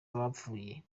abapfuye